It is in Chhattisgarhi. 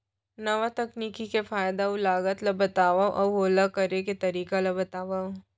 नवा तकनीक के फायदा अऊ लागत ला बतावव अऊ ओला करे के तरीका ला बतावव?